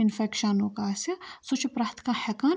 اِنفیٚکشَنُک آسہِ سُہ چھُ پرٛیٚتھ کانٛہہ ہیٚکان